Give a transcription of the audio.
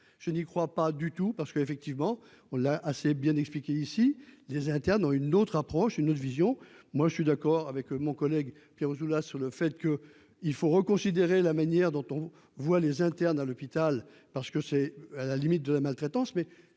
je n'y crois pas du tout, parce qu'effectivement on l'a assez bien expliqué ici, les internes ont une autre approche, une autre vision, moi je suis d'accord avec mon collègue Pierre Ouzoulias sur le fait que il faut reconsidérer la manière dont on voit les internes à l'hôpital parce que c'est à la limite de la maltraitance,